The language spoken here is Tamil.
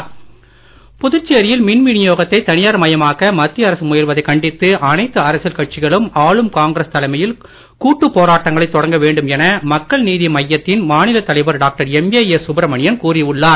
எம்ஏஎஸ் புதுச்சேரியில் மின் விநியோகத்தை தனியார் மயமாக்க மத்திய அரசு முயல்வதைக் கண்டித்து அனைத்து அரசியல் கட்சிகளும் ஆளும் காங்கிரஸ் தலைமையில் கூட்டுப் போராட்டங்களை தொடங்க வேண்டும் என மக்கள் நீதி மய்யத்தின் மாநில தலைவர் டாக்டர் எம்ஏஎஸ் சுப்பிரமணியன் கூறி உள்ளார்